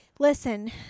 Listen